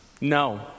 No